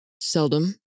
Seldom